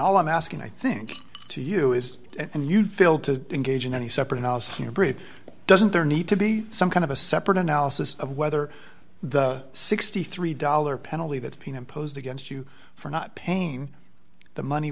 all i'm asking i think to you is and you fail to engage in any separate housing or break doesn't there need to be some kind of a separate analysis of whether the sixty three dollars penalty that's being imposed against you for not paying the money